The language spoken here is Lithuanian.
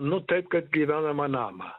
nu taip kad gyvenamą namą